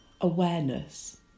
awareness